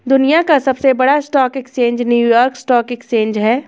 दुनिया का सबसे बड़ा stock exchange New York stock exchange है